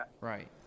Right